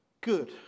Good